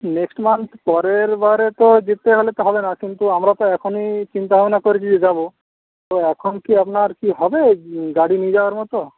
next month পরের বারে তো যেতে হলে তো হবে না কিন্তু আমরা তো এখনি চিন্তাভাবনা করেছি যে যাব তো এখন কি আপনার কি হবে গাড়ি নিয়ে যাওয়ার মতো